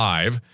Live